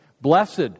Blessed